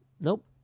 Nope